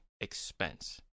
expense